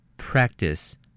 Practice